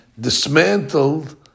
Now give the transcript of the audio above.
dismantled